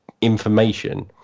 information